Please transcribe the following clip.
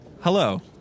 Hello